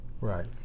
Right